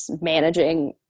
managing